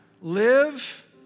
Live